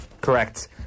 Correct